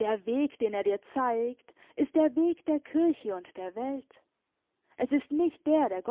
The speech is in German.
der weg den er dir zeigt ist der weg der kirche und der welt es ist nicht der der